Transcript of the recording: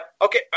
okay